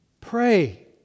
Pray